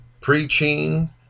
preaching